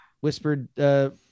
whispered